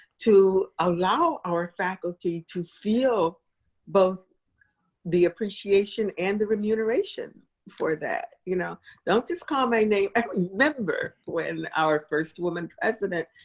to allow our faculty to feel both the appreciation and the remuneration for that. you know don't just call my name. i remember when our first woman president,